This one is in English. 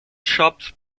shops